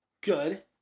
Good